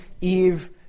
Eve